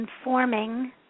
informing